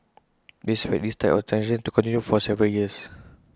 we expect these types of transactions to continue for several years